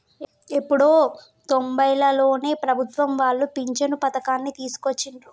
ఎప్పుడో తొంబైలలోనే ప్రభుత్వం వాళ్ళు పించను పథకాన్ని తీసుకొచ్చిండ్రు